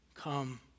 come